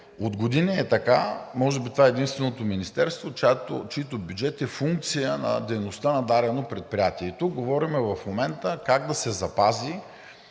от години е така. Може би това е единственото министерство, чийто бюджет е функция на дейността на дадено предприятие. И тук говорим в момента как да се запази